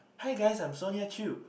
hi guys I'm Sonia Chew